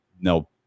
no